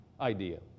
idea